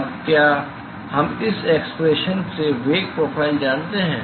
तो अब क्या हम इस एक्सप्रेशन से वेग प्रोफाइल जानते हैं